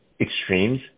extremes